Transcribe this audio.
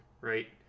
right